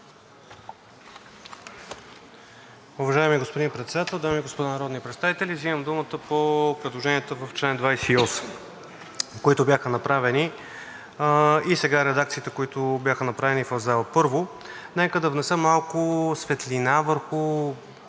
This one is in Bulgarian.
Уважаеми господин Председател, дами и господа народни представители! Вземам думата по предложенията в чл. 28, които бяха направени, и редакциите, които сега бяха направени в залата. Първо, нека да внеса малко светлина върху